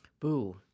Boo